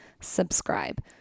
subscribe